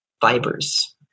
fibers